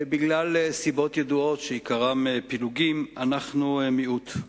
בגלל סיבות ידועות שעיקרן פילוגים, אנחנו מיעוט.